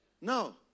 No